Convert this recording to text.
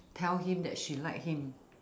tell him that she like him